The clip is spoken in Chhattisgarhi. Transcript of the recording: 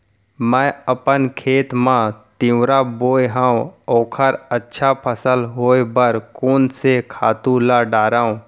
मैं अपन खेत मा तिंवरा बोये हव ओखर अच्छा फसल होये बर कोन से खातू ला डारव?